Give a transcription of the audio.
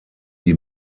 die